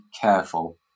careful